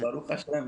ברוך השם.